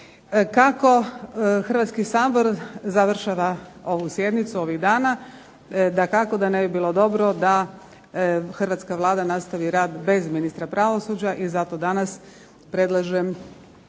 Kako Hrvatski sabor završava ovu sjednicu ovih dana dakako da ne bi bilo dobro da Hrvatska vlada nastavi rad bez ministra pravosuđa, i zato danas predlažem